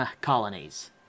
Colonies